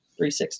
360